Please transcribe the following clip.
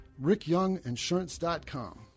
rickyounginsurance.com